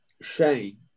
Shane